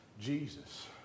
Jesus